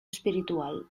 espiritual